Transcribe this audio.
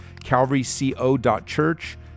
calvaryco.church